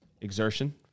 exertion